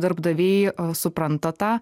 darbdaviai supranta tą